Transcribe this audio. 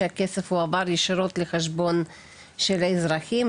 שהכסף הועבר ישירות לחשבון של האזרחים,